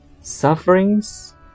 sufferings